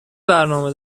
برنامه